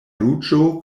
ruĝo